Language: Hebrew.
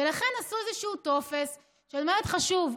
ולכן עשו איזשהו טופס, שהוא מאוד חשוב.